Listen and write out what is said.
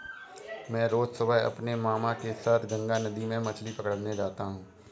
मैं रोज सुबह अपने मामा के साथ गंगा नदी में मछली पकड़ने जाता हूं